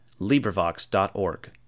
LibriVox.org